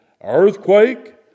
earthquake